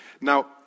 Now